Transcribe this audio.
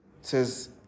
says